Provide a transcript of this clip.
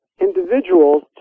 individuals